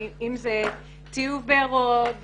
אם זה טיוב בארות,